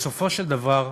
בסופו של דבר,